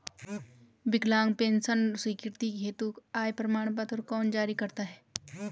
विकलांग पेंशन स्वीकृति हेतु आय प्रमाण पत्र कौन जारी करता है?